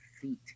feet